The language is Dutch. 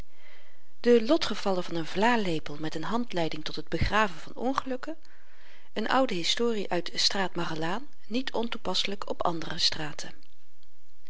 de lotgevallen van n vlalepel met een handleiding tot het begraven van ongelukken n oude historie uit straat magellaan niet ontoepasselyk op andere straten